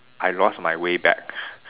I lost my way back